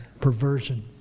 perversion